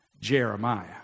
Jeremiah